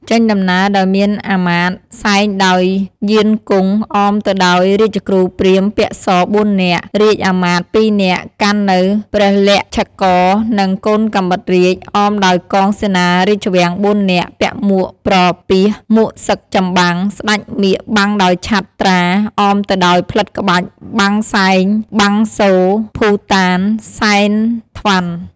ចេញដំណើរដោយមានអាមាត្យ សែងដោយ យានកុង អមទៅដោយ រាជគ្រូព្រាហ្មណ៍ពាក់ស ៤នាក់ រាជអាមាត្យ ២នាក់ កាន់នូវ ព្រះលញ្ឆករនិង កូនកាំបិតរាជ អមដោយកងសេនារាជវាំង ៤នាក់ ពាក់មួកប្រពាស មួកសឹកចម្បាំង ស្ដេចមាឃបាំងដោយឆត្រា អមទៅដោយផ្លិតក្បាច់ បាំងសែង បាំងសូរ ភូតាន សែនត្វ័ន...។